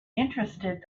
interested